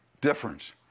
difference